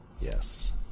Yes